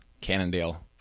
Cannondale